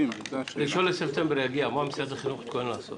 1 בספטמבר יגיע, מה משרד החינוך מתכונן לעשות?